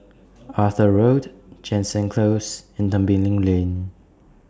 Arthur Road Jansen Close and Tembeling Lane